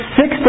six